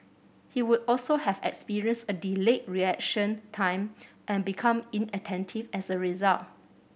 he would also have experienced a delayed reaction time and become inattentive as a result